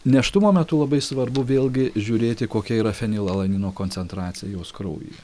nėštumo metu labai svarbu vėlgi žiūrėti kokia yra fenilalanino koncentracija jos kraujyje